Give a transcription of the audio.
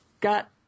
got